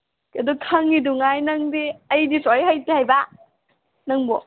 ꯑꯗꯨ ꯈꯪꯏꯗꯨꯉꯥꯏ ꯅꯪꯗꯤ ꯑꯩꯗꯤ ꯁꯨꯛꯍꯩ ꯍꯩꯇꯦ ꯍꯥꯏꯕ ꯅꯪꯕꯣ